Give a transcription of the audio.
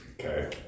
Okay